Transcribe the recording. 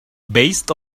based